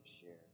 share